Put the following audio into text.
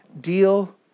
deal